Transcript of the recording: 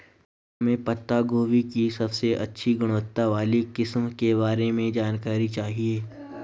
हमें पत्ता गोभी की सबसे अच्छी गुणवत्ता वाली किस्म के बारे में जानकारी चाहिए?